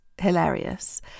hilarious